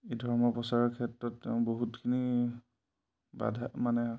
এই ধৰ্ম প্ৰচাৰৰ ক্ষেত্ৰত তেওঁ বহুতখিনি বাধা মানে